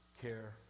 care